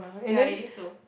ya it is though